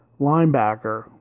linebacker